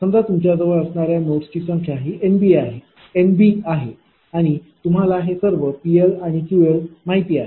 समजा तुमच्या जवळ असणाऱ्या नोडची संख्या ही NB आहे आणि तुम्हाला हे सर्व PL QLमाहिती आहे